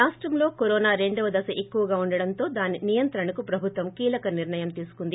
రాష్టంలో కరోనా రెండవ దశ ఎక్కువగా ఉండడంతో దాని నియంత్రణకు ప్రభుత్వం కీలక నిర్ణయం తీసుకుంది